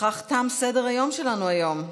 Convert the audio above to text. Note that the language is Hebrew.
ובכך תם סדר-היום שלנו היום.